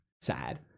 sad